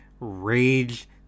Rage